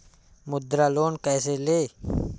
मुद्रा लोन कैसे ले?